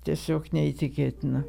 tiesiog neįtikėtina